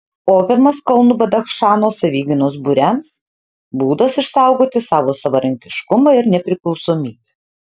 opiumas kalnų badachšano savigynos būriams būdas išsaugoti savo savarankiškumą ir nepriklausomybę